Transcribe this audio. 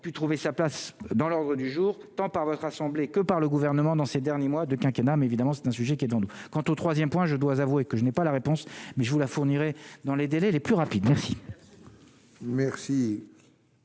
pu trouver sa place dans l'ordre du jour tant par votre assemblée que par le gouvernement dans ces derniers mois de quinquennat mais évidemment, c'est un sujet qui est devant nous, quant au 3ème, point, je dois avouer que je n'ai pas la réponse mais je vous Fourniret dans les délais les plus rapides, merci.